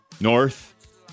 North